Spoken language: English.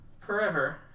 forever